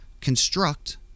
construct